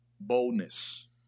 Boldness